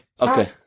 Okay